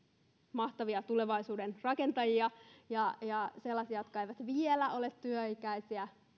mahtavia tulevaisuuden rakentajia ja ja sellaisia jotka eivät vielä ole työikäisiä